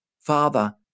Father